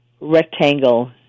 rectangle